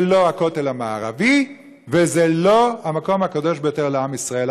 זה לא הכותל המערבי וזה לא המקום הקדוש ביותר לעם ישראל.